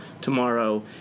tomorrow